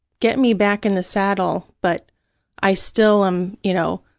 get me back in the saddle, but i still am, you know,